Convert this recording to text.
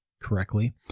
correctly